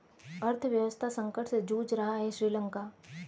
अर्थव्यवस्था संकट से जूझ रहा हैं श्रीलंका